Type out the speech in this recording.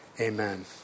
amen